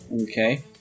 Okay